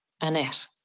Annette